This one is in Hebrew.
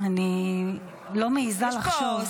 אני לא מעיזה לחשוב.